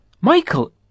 Michael